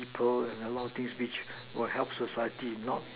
people and a lot of things which will help society and not